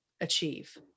achieve